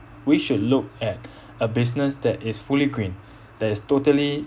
we should look at a business that is fully green that is totally